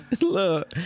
Look